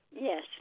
Yes